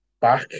Back